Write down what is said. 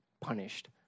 punished